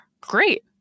Great